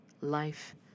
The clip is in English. life